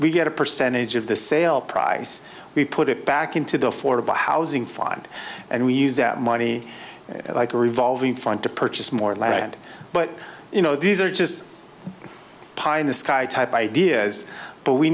we get a percentage of the sale price we put it back into the affordable housing fund and we use that money like a revolving fund to purchase more land but you know these are just pie in the sky type ideas but we